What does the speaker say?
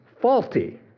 faulty